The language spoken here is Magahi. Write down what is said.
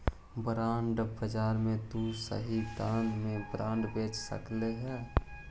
बॉन्ड बाजार में तु सही दाम में बॉन्ड बेच सकऽ हे